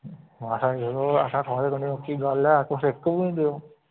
महाराज असें थोआड़े कन्नै ओह्की गल्ल ऐ तुस इक बी नी देओ